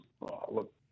look